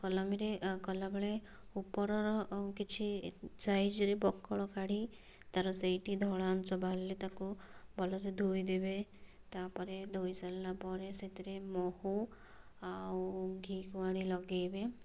ତ କଲମୀରେ କଲାବେଳେ ଉପରର କିଛି ସାଇଜରେ ବକଳ କାଢ଼ି ତାର ସେଇଠି ଧଳା ଅଂଶ ବାହାରିଲେ ତାକୁ ଭଲସେ ଧୋଇଦେବେ ତାପରେ ଧୋଇ ସାରିଲାପରେ ସେଥିରେ ମହୁ ଆଉ ଘି କୁଆଁରୀ ଲଗେଇବେ